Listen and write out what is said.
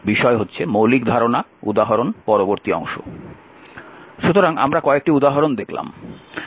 এই প্রকার আরও একটি বা দুটি আমরা দেখব